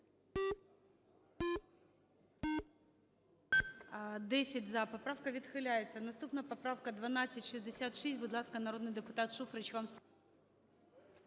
Дякую.